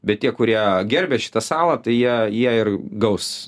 bet tie kurie gerbia šitą salą tai jie jie ir gaus